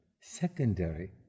secondary